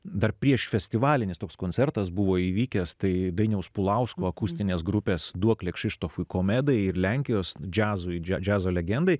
dar prieš festivalį nes toks koncertas buvo įvykęs tai dainiaus pulausko akustinės grupės duoklė kšištofui komedai ir lenkijos džiazui džiazo legendai